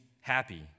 happy